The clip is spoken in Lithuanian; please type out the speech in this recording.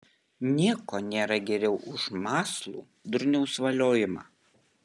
nieko nėra geriau už mąslų durniaus voliojimą